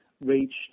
reached